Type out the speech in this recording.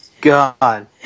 God